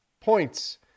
points